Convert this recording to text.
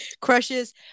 crushes